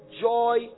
joy